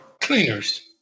cleaners